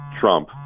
Trump